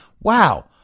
wow